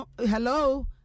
hello